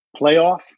playoff